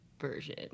version